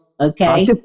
Okay